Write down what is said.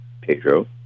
Pedro